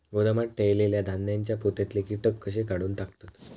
गोदामात ठेयलेल्या धान्यांच्या पोत्यातले कीटक कशे काढून टाकतत?